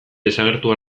desagertu